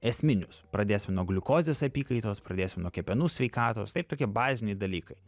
esminius pradėsim nuo gliukozės apykaitos pradėsim nuo kepenų sveikatos taip tokie baziniai dalykai